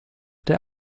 der